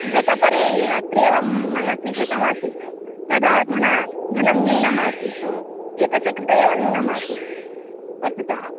गतपर्याये अत्रैव मया स्वीकृतमासीत् तदा धनं धनं न्यूनमासीत् एतस्य कृते एव न्यूनमासीत् वस्तुतः